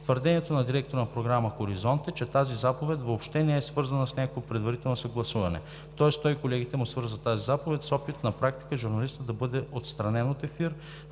Твърдението на директора на програма „Хоризонт“ е, че тази заповед въобще не е свързана с някакво предварително съгласуване. Тоест той и колегите му свързват тази заповед с опит на практика журналистът да бъде отстранен от ефир